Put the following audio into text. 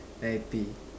then I pee